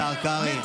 השר קרעי,